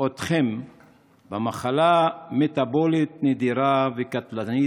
אתכם במחלה מטבולית נדירה וקטלנית,